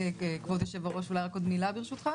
כבוד היו"ר, אולי רק עוד מילה ברשותך.